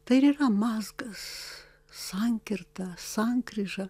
tai ir yra mazgas sankirta sankryža